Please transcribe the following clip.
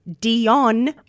Dion